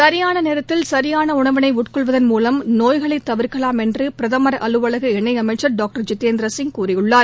சியான நேரத்தில் சரியான உணவினை உட்கொள்வதன் மூலம் நோய்களை தவிர்க்கலாம் என்று பிரதமர் அலுவலக இணையமைச்சர் டாக்டர் ஜிதேந்தர் சிங் கூறியுள்ளார்